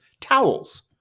Towels